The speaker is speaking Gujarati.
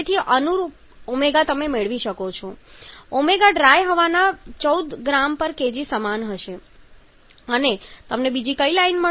તેથી અનુરૂપ ω તમે મેળવી શકો છો ω ડ્રાય હવાના 14 gkg સમાન હશે અને તમને બીજી કઈ લાઇન મળશે